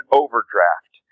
overdraft